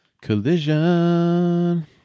collision